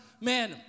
Man